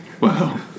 wow